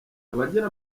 abagira